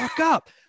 up